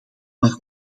maar